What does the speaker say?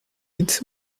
its